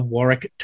Warwick